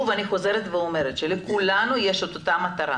אני חוזרת ואומרת שלכולנו יש את אותה מטרה.